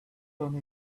done